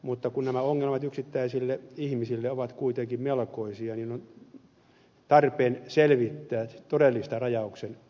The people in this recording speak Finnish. mutta kun nämä ongelmat yksittäisille ihmisille ovat kuitenkin melkoisia on tarpeen selvittää todellista rajauksen tarvetta